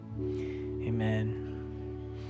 Amen